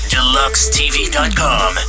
Deluxetv.com